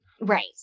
Right